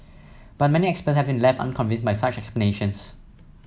but many experts have been left unconvinced by such explanations